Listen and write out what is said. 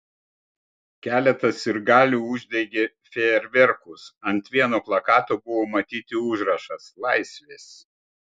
keletas sirgalių uždegė fejerverkus ant vieno plakato buvo matyti užrašas laisvės